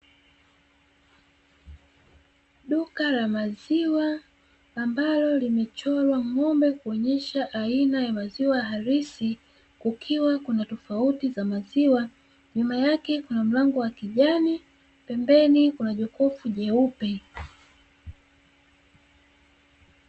Duka la maziwa ambalo limechorwa ng'ombe kuonyesha aina ya maziwa halisi, kukiwa kuna tofauti za maziwa, nyuma yake kuna mlango wa kijani pembeni kuna jokofu jeupe.